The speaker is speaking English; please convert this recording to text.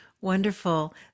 Wonderful